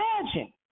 Imagine